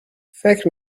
فکر